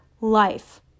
life